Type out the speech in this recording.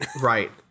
Right